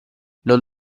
non